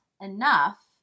enough